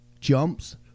jumps